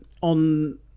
on